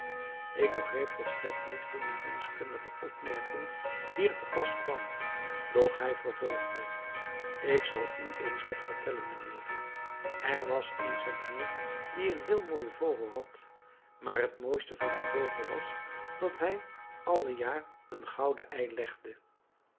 ik begreep volstrekt niet hoe die menschkundige opmerking hier te pas kwam doch hij vervolgde ik zal u eens wat vertellen mijnheer er was eens een heer die een heel mooien vogel had maar het mooiste van dien vogel was dat hij alle jaar een gouden ei legde